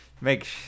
Make